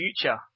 future